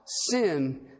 sin